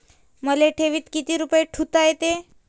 मले ठेवीत किती रुपये ठुता येते?